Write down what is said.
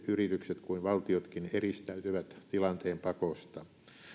yritykset kuin valtiotkin eristäytyvät tilanteen pakosta